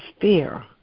fear